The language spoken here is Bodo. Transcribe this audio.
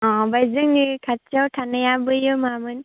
अ ओमफाय जोंनि खाथियाव थानाया बैयो मामोन